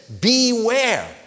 beware